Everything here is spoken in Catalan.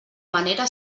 manera